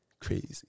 Crazy